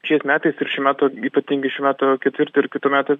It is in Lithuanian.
šiais metais ir šių metų ypatingai šių metų ketvirtį ir kitų metų